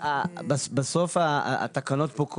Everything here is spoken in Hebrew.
בסוף התקנות פה,